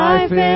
Life